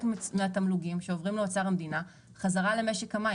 מהתמלוגים שעוברים לאוצר המדינה חזרה למשק המים.